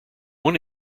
one